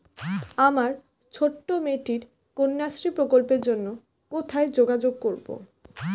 আমার ছোট্ট মেয়েটির কন্যাশ্রী প্রকল্পের জন্য কোথায় যোগাযোগ করব?